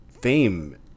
fame